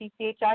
CCHI